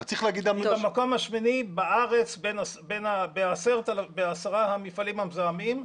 המקום השמיני בארץ בעשרת המפעלים המזהמים.